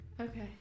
Okay